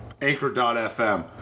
anchor.fm